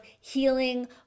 healing